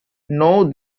know